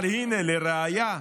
אבל הינה, לראייה,